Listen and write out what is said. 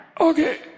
Okay